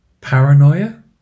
Paranoia